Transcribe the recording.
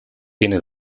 tiene